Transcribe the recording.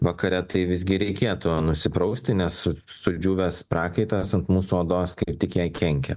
vakare tai visgi reikėtų nusiprausti nes sudžiūvęs prakaitas ant mūsų odos kaip tik jai kenkia